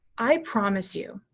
i promise you,